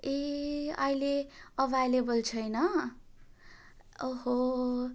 ए अहिले एभाइलेभल छैन ओहो